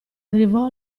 arrivò